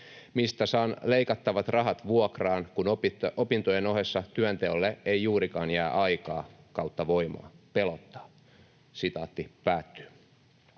Mistä saan leikattavat rahat vuokraan, kun opintojen ohessa työnteolle ei juurikaan jää aikaa tai voimaa? Pelottaa.” ”Olen